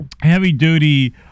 heavy-duty